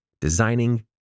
designing